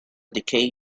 decay